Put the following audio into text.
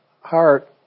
heart